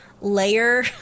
layer